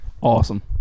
Awesome